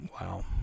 Wow